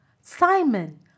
Simon